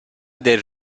del